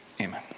Amen